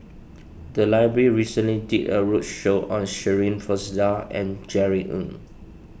the library recently did a roadshow on Shirin Fozdar and Jerry Ng